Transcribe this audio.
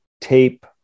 tape